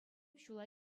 ҫула